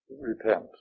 repent